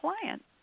client